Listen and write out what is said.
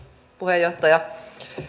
puheenjohtaja